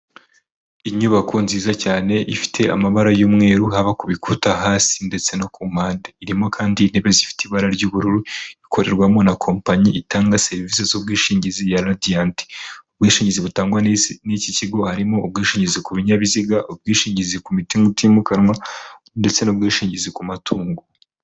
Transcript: Inyubako nziza cyane, ifite amabara y'umweru, haba ku bikuta hasi ndetse no ku mpande, irimo kandi intebe zifite ibara ry'ubururu, ikorerwamo na kompanyi itanga serivisi z'ubwishingizi ya ladiyanti, ubwishingizi butangwa n'iki kigo harimo, ubwishingizi ku binyabiziga, ubwishingizi ku mutungo utimukanwa, ndetse n'ubwishingizi ku matungo.